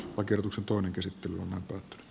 oikeusjutun käsittely on ollut